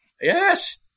yes